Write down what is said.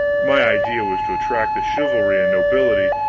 my idea was to attract the chivalry and nobility,